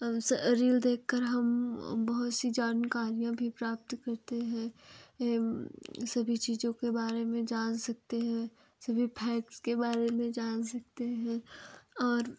अब स रील देखकर हम बहुत सी जानकारीयाँ भी प्राप्त करते हैं सभी चीजों के बारे में जान सकते हैं सभी फैक्ट्स के बारे में जान सकते हैं और